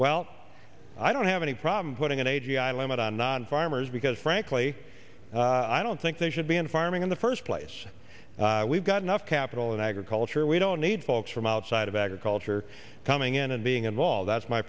well i don't have any problem putting a g i limit on non farmers because frankly i don't think they should be in farming in the first place we've got enough capital in agriculture we don't need folks from outside of agriculture coming in and being involved that's my